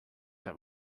have